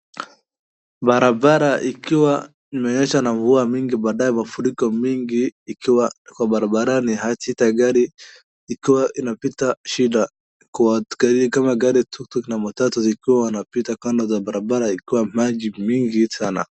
Barabara ikiwa imenyesha na mvua mingi baadae na mafriko mingi ikiwa kwa barabarani gari ikiwa inapita shida kwa gari kama tuktuk na matatu zikiwa zinapita kando ya barabara ikiwa maji mingi sana.